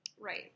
Right